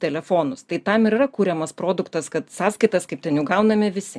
telefonus tai tam yra kuriamas produktas kad sąskaitas kaip ten gauname visi